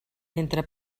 entre